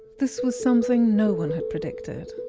this was something no one had predicted.